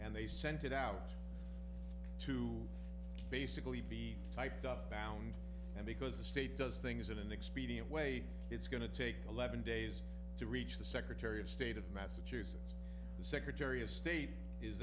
and they sent it out to basically be typed up bound and because the state does things in an expedient way it's going to take eleven days to reach the secretary of state of massachusetts the secretary of state is